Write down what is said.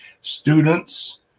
students